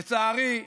לצערי,